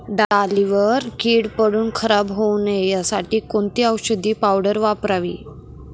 डाळीवर कीड पडून खराब होऊ नये यासाठी कोणती औषधी पावडर वापरावी?